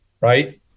right